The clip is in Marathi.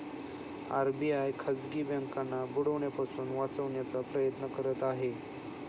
आर.बी.आय खाजगी बँकांना बुडण्यापासून वाचवण्याचा प्रयत्न करत आहे